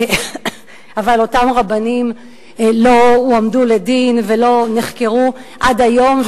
אבל אותם רבנים לא הועמדו לדין ולא נחקרו עד היום.